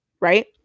right